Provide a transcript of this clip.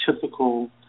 typical